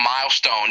milestone